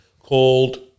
called